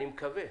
אני מקווה,